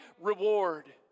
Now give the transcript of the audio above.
reward